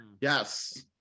yes